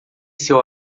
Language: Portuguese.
seu